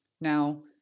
now